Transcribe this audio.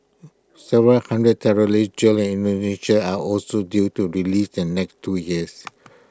several hundred terrorists jailed in Indonesia are also due to be released in the next two years